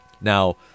Now